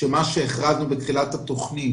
שמה שהכרזנו בתחילת התכנית